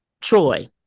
Troy